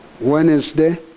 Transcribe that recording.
Wednesday